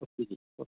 okay ਜੀ okay